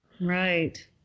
Right